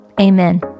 Amen